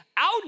Out